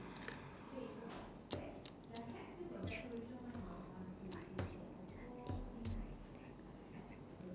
ten three five six seven eight nine ten